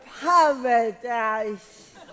Paradise